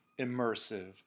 immersive